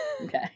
Okay